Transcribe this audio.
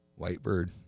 whitebird